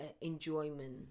enjoyment